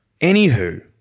Anywho